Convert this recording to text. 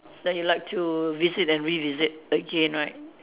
that you to visit and revisit again right